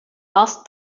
asked